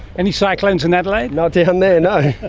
any cyclones in adelaide? not down there, no.